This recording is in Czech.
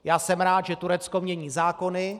Já jsem rád, že Turecko mění zákony.